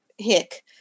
hick